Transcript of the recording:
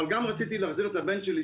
אבל גם רציתי להחזיר את הבן שלי,